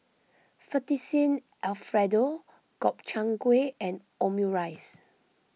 Fettuccine Alfredo Gobchang Gui and Omurice